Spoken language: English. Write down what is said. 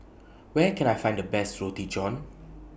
Where Can I Find The Best Roti John